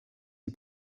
die